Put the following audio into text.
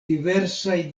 diversaj